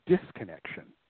disconnection